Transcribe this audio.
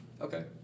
Okay